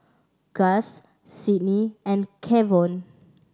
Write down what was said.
Gus Sidney and Kevon